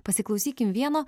pasiklausykim vieno